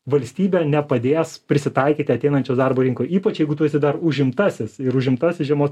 valstybė nepadės prisitaikyti ateinančioj darbo rinkoj ypač jeigu tu esi dar užimtasis ir užimtasis žemos